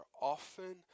often